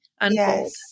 unfold